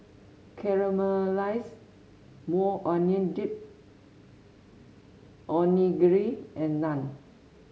Caramelized Maui Onion Dip Onigiri and Naan